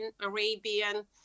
Arabian